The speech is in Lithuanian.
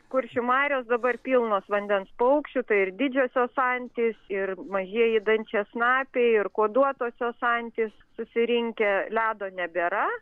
kuršių marios dabar pilnos vandens paukščių tai ir didžiosios antys ir mažieji dančiasnapiai ir kuoduotosios antys susirinkę ledo nebėra